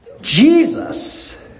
Jesus